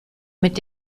mit